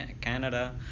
Canada